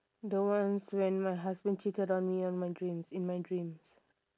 the ones when my husband cheated on me on my dreams in my dreams